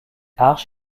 arches